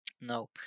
No